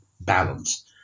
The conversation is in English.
balance